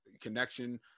connection